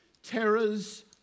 terrors